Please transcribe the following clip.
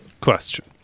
question